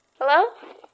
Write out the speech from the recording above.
Hello